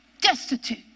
Destitute